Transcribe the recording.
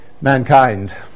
mankind